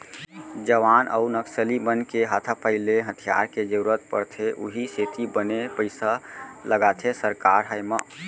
जवान अउ नक्सली मन के हाथापाई ले हथियार के जरुरत पड़थे उहीं सेती बने पइसा लगाथे सरकार ह एमा